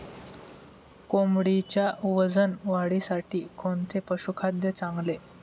कोंबडीच्या वजन वाढीसाठी कोणते पशुखाद्य चांगले?